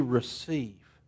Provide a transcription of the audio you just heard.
receive